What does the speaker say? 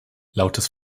lautes